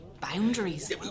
Boundaries